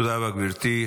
תודה רבה, גברתי.